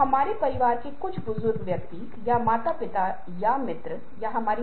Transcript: चीजों के इन पहलुओं पर अध्ययन किया गया है और साथ ही हमें यह भी महसूस हुआ है कि जगहा का संदर्भ विशिष्ट है